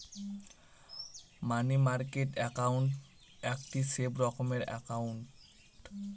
মানি market account একটি safe রকমের account